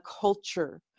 culture